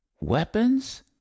weapons